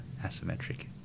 asymmetric